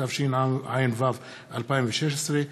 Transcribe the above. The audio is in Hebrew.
התשע"ו 2016,